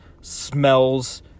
smells